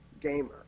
gamer